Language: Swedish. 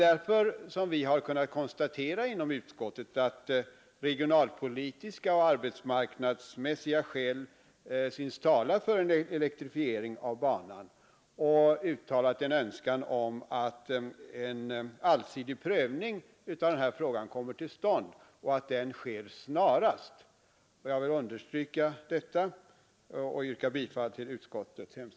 Därför har vi inom utskottet kunnat konstatera, att regionalpolitiska och arbetsmarknadsmässiga skäl synes tala för en elektrifiering av banan, och uttalat en önskan om att en allsidig prövning av denna fråga kommer till stånd samt att den sker snarast Jag vill, herr talman, understryka detta och yrkar bifall till utskottets